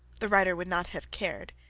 the writer would not have cared,